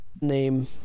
Name